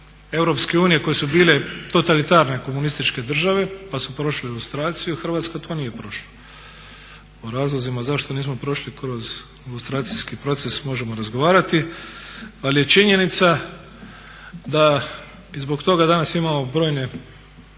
Europske unije koje su bile totalitarne komunističke države pa su prošle …/Govornik se ne razumije./… Hrvatska to nije prošla. O razlozima zašto nismo prošli kroz …/Govornik se ne razumije./… proces možemo razgovarati. Ali je činjenica da i zbog toga danas imamo brojne